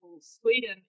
Sweden